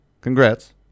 congrats